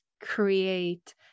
create